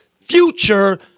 future